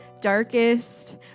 darkest